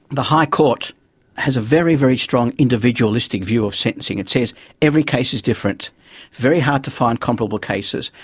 the high court has a very, very strong individualistic view of sentencing. it says every case is difference. it's very hard to find comparable cases.